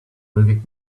moving